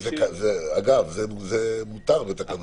אגב, זה מותר בתקנון הכנסת.